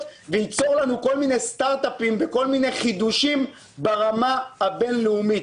וייצור לנו כל מיני סטרט-אפים וכל מיני חידושים ברמה בין-לאומית.